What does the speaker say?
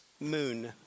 Moon